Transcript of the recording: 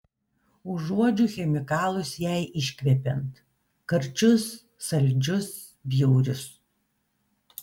užuodžiu chemikalus jai iškvepiant karčius saldžius bjaurius